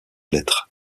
lettres